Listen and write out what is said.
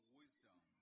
wisdom